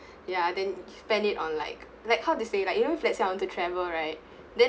ya then spend it on like like how to say like you know if let's say I want to travel right then